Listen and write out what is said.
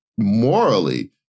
Morally